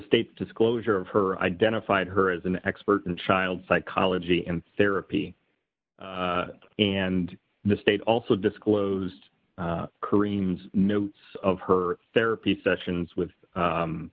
state's disclosure of her identified her as an expert in child psychology and therapy and the state also disclosed karim's notes of her therapy sessions with